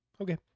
Okay